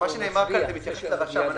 דובר על הרשם.